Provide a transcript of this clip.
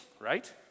Right